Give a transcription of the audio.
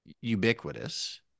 ubiquitous